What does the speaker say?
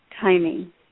timing